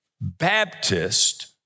Baptist